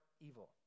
evil